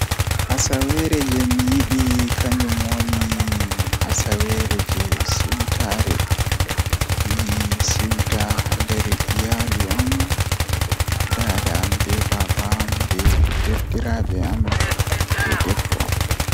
Asaweere jei mi yidi kanjum woni asaweere jei siwtaare mi siwtaa haa nder iyaalu am daa am be baaba am be debbo am be derdiraabe am.